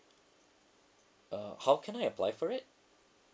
uh how can I apply for it